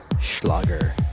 Schlager